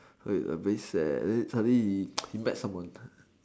so he a bit sad then suddenly he he met someone